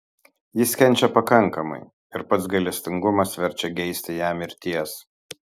jis kenčia pakankamai ir pats gailestingumas verčia geisti jam mirties